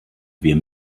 wir